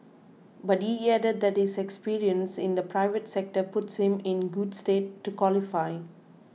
but he added that his experience in the private sector puts him in good stead to qualify